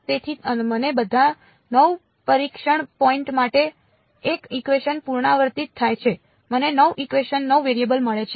તેથી મને બધા 9 પરીક્ષણ પોઈન્ટ માટે 1 ઇકવેશન પુનરાવર્તિત થાય છે મને 9 ઇકવેશન 9 વેરિયેબલ મળે છે